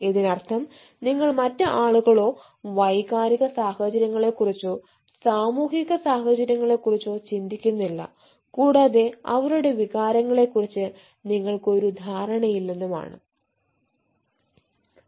ഇതിനർത്ഥം നിങ്ങൾ മറ്റ് ആളുകളുടെ വൈകാരിക സാഹചര്യങ്ങളെക്കുറിച്ചോ സാമൂഹിക സാഹചര്യങ്ങളെക്കുറിച്ചോ ചിന്തിക്കുന്നില്ല കൂടാതെ അവരുടെ വികാരങ്ങളെക്കുറിച്ച് നിങ്ങൾക്ക് ഒരു ധാരണയില്ലെന്നും ആണ്